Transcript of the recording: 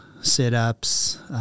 sit-ups